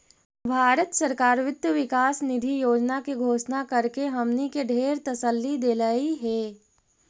भारत सरकार वित्त विकास निधि योजना के घोषणा करके हमनी के ढेर तसल्ली देलई हे